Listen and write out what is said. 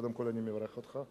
קודם כול אני מברך אותך,